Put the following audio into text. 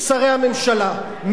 שרי הממשלה,